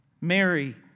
Mary